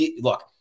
look